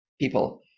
people